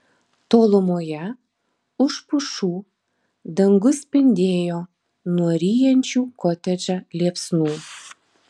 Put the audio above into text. tolumoje už pušų dangus spindėjo nuo ryjančių kotedžą liepsnų